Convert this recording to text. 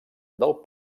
del